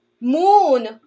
moon